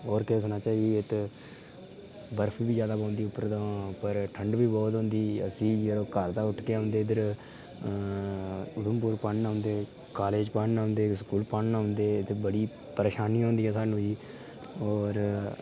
और केह् सनाचै जी इद्धर बर्फ बी जादा पौंदी उप्पर उप्पर ठंड बी बहुत होंदी अस घर दा उट्ठियै औंदे इद्धर उधमपुर पढ़न औंदे कालेज पढ़न औंदे स्कूल पढ़न औंदे ते बड़ी परेशानी औंदी ऐ सानूं और